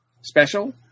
special